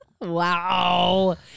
Wow